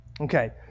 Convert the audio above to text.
okay